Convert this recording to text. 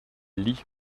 lit